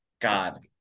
God